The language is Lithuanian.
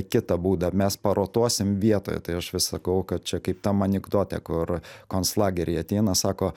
kitą būdą mes parotuosim vietoje tai aš vis sakau kad čia kaip tam anekdote kur konclageriai ateina sako